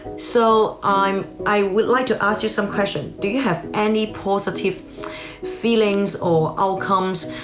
so, um i would like to ask you some question. do you have any positive feelings or outcomes,